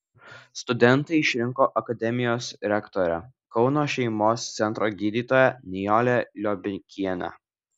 studentai išrinko akademijos rektorę kauno šeimos centro gydytoją nijolę liobikienę